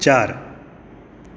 चार